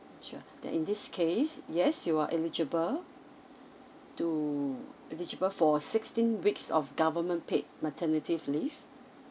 sure then in this case yes you are eligible to eligible for sixteen weeks of government paid maternity leave